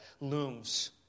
looms